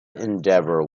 endeavor